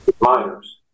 Miners